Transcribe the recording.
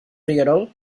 rierol